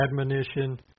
admonition